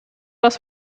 das